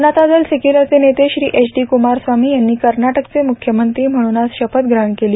जनता दल सेक्युलरचे नेते Shri H D Kumaraswamy यांनी कर्नाटकचे मुख्यमंत्री म्हणून आज शपथ ग्रहण केली